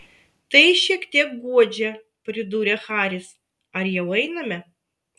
tai šiek tiek guodžia pridūrė haris ar jau einame